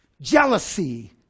jealousy